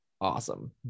awesome